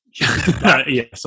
Yes